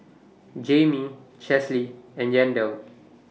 Jayme Chesley and Yandel